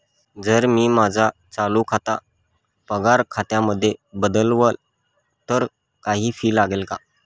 जर मी माझं चालू खातं पगार खात्यामध्ये बदलवल, तर काही फी लागेल का?